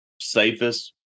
safest